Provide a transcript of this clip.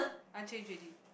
I change already